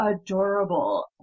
adorable